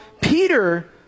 Peter